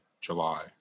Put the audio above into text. July